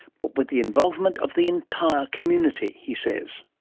but with the involvement of the entire community, he says.